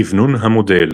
כוונון המודל